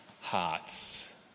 hearts